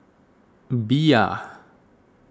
Bia